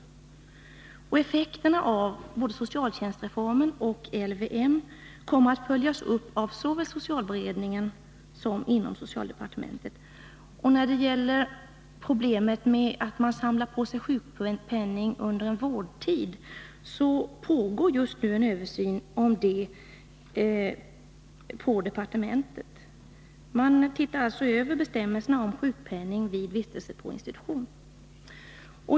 Effekterna av socialtjänstreformen och LVM kommer att följas upp såväl av socialberedningen som inom socialdepartementet. När det gäller problemet med att många samlar på sig sjukpenning under en vårdtid pågår just nu på departementet en översyn om detta. Man ser alltså över bestämmelserna om sjukpenning vid vistelse på institution.